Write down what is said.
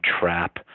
trap